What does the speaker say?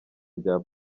rya